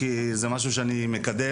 כי זה משהו שאני מקדם,